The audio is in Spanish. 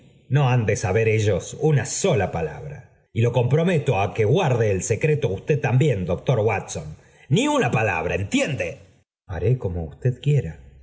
no r han de saber ellos una sola palabra y lo coms someto á que guarde el secreto usted también octor watson ni una palabra entiende haré como usted quiera